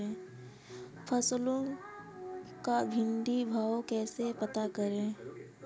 फसलों का मंडी भाव कैसे पता करें?